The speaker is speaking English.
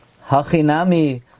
ha'chinami